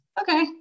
okay